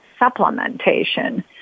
supplementation